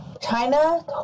China